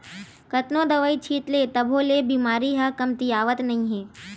कतनो दवई छित ले तभो ले बेमारी ह कमतियावत नइ हे